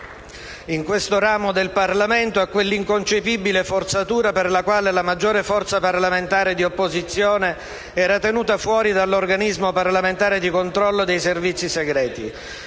in questo ramo del Parlamento, a quell'inconcepibile forzatura per la quale la maggiore forza parlamentare di opposizione era tenuta fuori dall'organismo parlamentare di controllo dei servizi segreti;